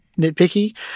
nitpicky